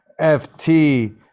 FT